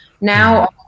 now